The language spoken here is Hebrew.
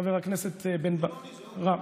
זה לא אני, זה הוא.